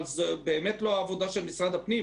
אבל זו באמת לא העבודה של משרד הפנים,